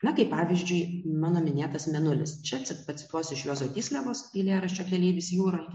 na kaip pavyzdžiui mano minėtas mėnulis čia pacituosiu iš juozo tysliavos eilėraščio keleivis jūroje